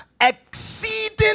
exceeding